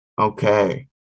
Okay